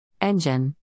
Engine